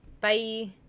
Bye